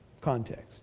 context